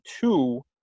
two